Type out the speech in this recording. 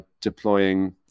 deploying